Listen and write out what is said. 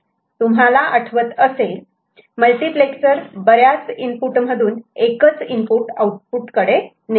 तुम्हाला आठवत असेल मल्टिप्लेक्सर बऱ्याच इनपुट मधून एकच इनपुट आऊटपुट कडे नेते